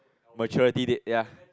maturity dead ya